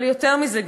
אבל יותר מזה,